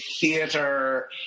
theater